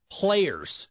players